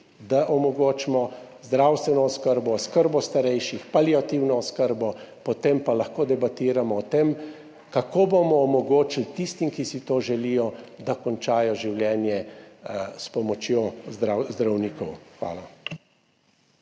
da omogočimo zdravstveno oskrbo, oskrbo starejših, paliativno oskrbo, potem pa lahko debatiramo o tem, kako bomo omogočili tistim, ki si to želijo, da končajo življenje s pomočjo zdravnikov. Hvala.